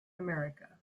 america